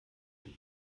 den